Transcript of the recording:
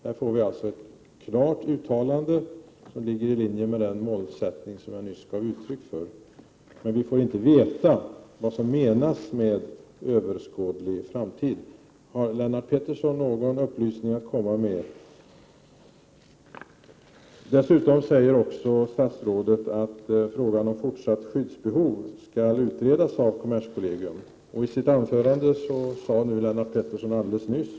Där får vi alltså ett klart uttalande som ligger i linje med den målsättning som jag nyss gav uttryck för, men vi får inte veta vad som menas med ”överskådlig framtid”. Har Lennart Pettersson någon upplysning att komma med? Dessutom säger statsrådet att frågan om fortsatt skyddsbehov skall utredas av kommerskollegium. I sitt anförande sade Lennart Pettersson alldeles nyss Prot.